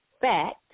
fact